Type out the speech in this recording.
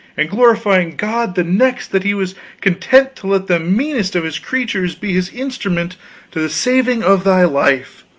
and glorifying god the next, that he was content to let the meanest of his creatures be his instrument to the saving of thy life.